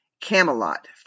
Camelot